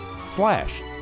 slash